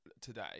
today